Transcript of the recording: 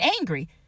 angry